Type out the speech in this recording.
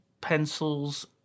pencils